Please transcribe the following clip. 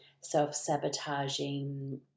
self-sabotaging